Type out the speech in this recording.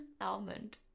Almond